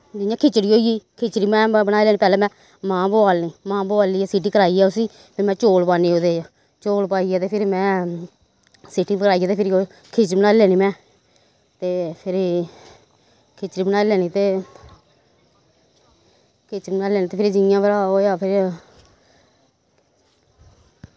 जि'यां खिचड़ी होई गेई खिचड़ी में बनाई लैन्नी पैह्लैं में मांह् बोआलने मांह् बोआलियै सीटी करोआइयै उसी फिर में चौल पा'नी ओह्दे च चौल पाइयै ते फिर में सीटी कराइयै ते फिरी ओह् खिचड़ी बनाई लैन्नी में ते फिरी खिचड़ी बनाई लैन्नी ते खिचड़ी बनाई लैन्नी ते फिर जि'यां भला ओह् होआ फिर